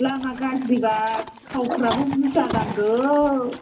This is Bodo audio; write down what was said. लामा गाज्रिबा थावफ्राबो बुरजा नांगौ